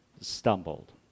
stumbled